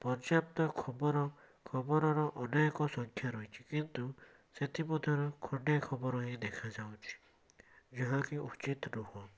ପର୍ଯ୍ୟାପ୍ତ ଖବର ଖବରର ଅନେକ ସଂଖ୍ୟା ରହିଛି କିନ୍ତୁ ସେଥିମଧ୍ୟରୁ ଖଣ୍ଡିଏ ଖବର ହିଁ ଦେଖାଯାଉଛି ଯାହା କି ଉଚିତ ନୁହଁ